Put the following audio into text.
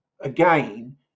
again